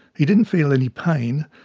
he didn't feel any pain.